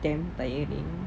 damn tiring